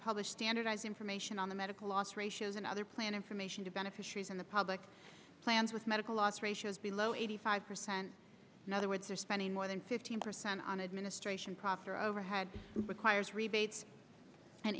publish standardized information on the medical loss ratios and other plan information to beneficiaries in the public lands with medical loss ratios below eighty five percent in other words they're spending more than fifteen percent on administration profit or overhead requires rebates and